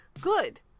good